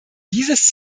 dieses